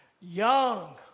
young